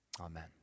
Amen